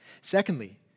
Secondly